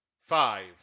five